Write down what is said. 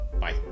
Bye